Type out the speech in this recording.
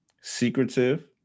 secretive